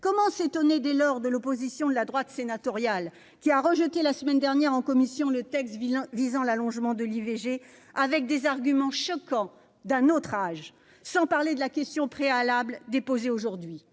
Comment s'étonner, dès lors, de l'opposition de la droite sénatoriale, qui a rejeté la semaine dernière en commission le texte visant l'allongement de l'IVG en utilisant des arguments choquants, d'un autre âge, sans parler de la motion tendant à opposer la question